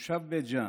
כתושב בית ג'ן,